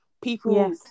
People